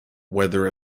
whether